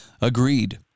Agreed